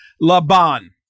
Laban